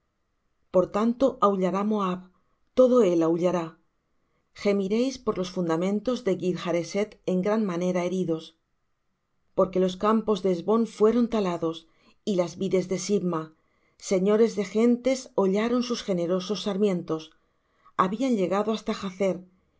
por tanto aullará moab todo él aullará gemiréis por los fundamentos de kir hareseth en gran manera heridos porque los campos de hesbón fueron talados y las vides de sibma señores de gentes hollaron sus generosos sarmientos habían llegado hasta jazer